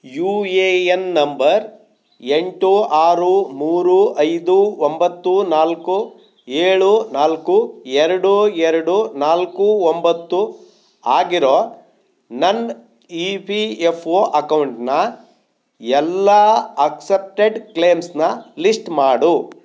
you A N number ಎಂಟು ಆರು ಮೂರು ಐದು ಒಂಬತ್ತು ನಾಲ್ಕು ಏಳು ನಾಲ್ಕು ಎರಡು ಎರಡು ನಾಲ್ಕು ಒಂಬತ್ತು ಆಗಿರೋ ನನ್ನ ಇ ಪಿ ಎಫ್ ಒ ಅಕೌಂಟ್ನ ಎಲ್ಲ ಅಕ್ಸಪ್ಟೆಡ್ ಕ್ಲೇಮ್ಸನ್ನ ಲಿಸ್ಟ್ ಮಾಡು